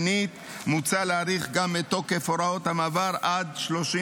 שנית, מוצע להאריך גם את תוקף הוראות המעבר עד 31